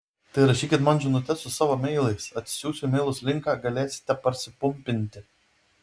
tai rašykit man žinutes su savo meilais atsiųsiu į meilus linką galėsite parsipumpinti